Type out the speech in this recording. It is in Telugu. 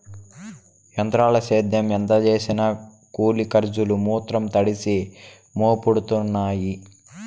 ఎంత్రాల సేద్యం ఎంత సేసినా కూలి కర్సులు మాత్రం తడిసి మోపుడయినాయి